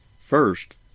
First